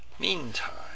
Meantime